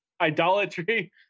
Idolatry